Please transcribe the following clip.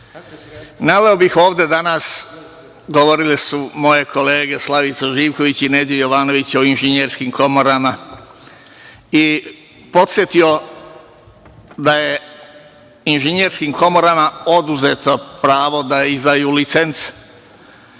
Naveo bih ovde danas, govorile su moje kolege, Slavica Živković i Neđo Jovanović, o inženjerskim komorama, i podsetio da je inženjerskim komorama oduzeto pravo da izdaju licence.